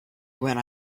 when